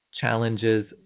challenges